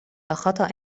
خطأ